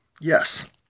Yes